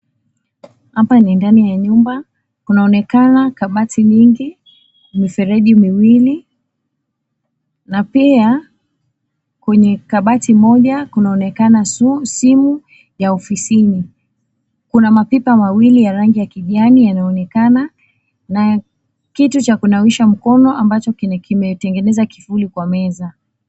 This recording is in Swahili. Hapa ni ndani ya nyumba, kunaonekana kabati nyingi, mifereji miwili na pia kwenye kabati moja kunaonekana simu ya ofisini. Kuna mapipa mawili ya rangi ya kijani yanaonekana, na kitu cha kunawisha mkono ambacho kyenye kimetengeneza kivuli kwa meza.